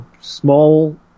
Small